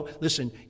Listen